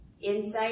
insight